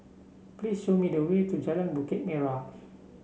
please show me the way to Jalan Bukit Merah